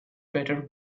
better